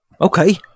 Okay